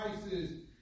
prices